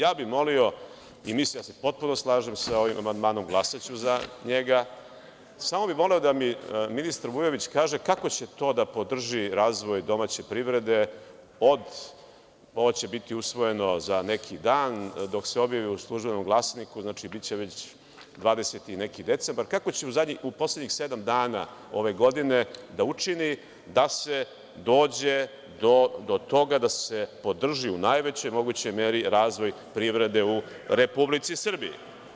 Ja bih molio, i mislim da se potpuno slažem sa ovim amandmanom, glasaću za njega, samo bih molio da mi ministar Vujović kaže kako će to da podrži razvoj domaće privrede od, ovo će biti usvojeno za neki dan, dok se objavi u „Službenom glasniku“, znači, biće dvadeset i neki decembar, kako će u poslednjih sedam dana ove godine da učini da se dođe do toga da se podrži u najvećoj mogućoj meri razvoj privrede u Republici Srbiji?